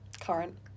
Current